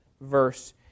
verse